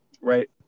Right